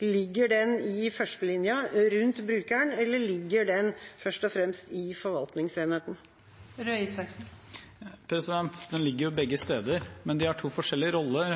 Ligger den i førstelinja, rundt brukeren, eller ligger den først og fremst i forvaltningsenheten? Den ligger begge steder, men de har to forskjellige roller.